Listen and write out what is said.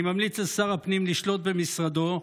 אני ממליץ לשר הפנים לשלוט במשרדו,